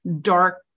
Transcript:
dark